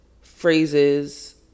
phrases